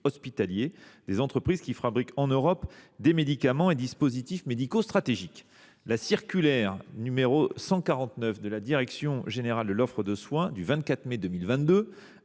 hospitaliers, des entreprises qui fabriquent en Europe des médicaments et dispositifs médicaux stratégiques. Ainsi, l’instruction n° 149 de la direction générale de l’offre de soins (DGOS) du 24 mai 2022